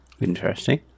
Interesting